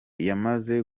yamaze